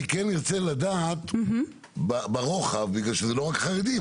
אני כן ארצה לדעת ברוחב, בגלל שזה לא רק חרדים.